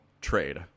trade